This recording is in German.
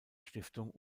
stiftung